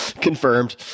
confirmed